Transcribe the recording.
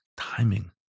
Timing